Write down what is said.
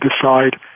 decide